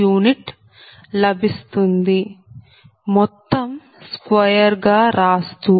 uలభిస్తుంది మొత్తం స్క్వేర్ గా రాస్తూ